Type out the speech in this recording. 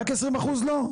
רק 20% לא?